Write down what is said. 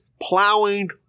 plowing